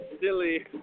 silly